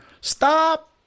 stop